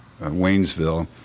waynesville